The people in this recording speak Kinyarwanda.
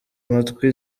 amatwi